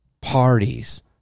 parties